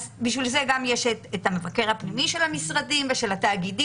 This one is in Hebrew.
בשביל זה יש גם את המבקר הפנימי של המשרדים ושל התאגידים,